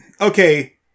okay